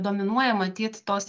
dominuoja matyt tos